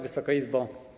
Wysoka Izbo!